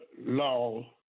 law